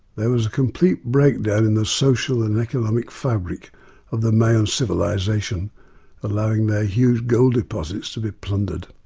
there was a complete breakdown in the social and economic fabric of the mayan civilisation allowing their huge gold deposits to be plundered.